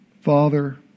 Father